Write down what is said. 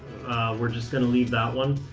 we're just going to leave that one.